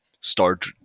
start